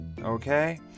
okay